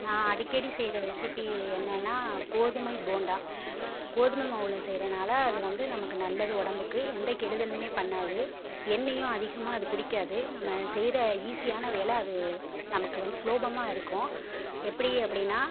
நான் அடிக்கடி செய்கிற ரெஸிப்பி என்னென்னா கோதுமை போண்டா கோதுமை மாவில் செய்கிறனால அது வந்து நமக்கு நல்லது உடம்புக்கு எந்த கெடுதலுமே பண்ணாது எண்ணையும் அதிகமாக அது குடிக்காது நம்ம செய்கிற ஈசியான வேலை அது நமக்கு வந்து சுலோபமாயிருக்கும் எப்படி அப்படின்னா